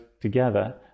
together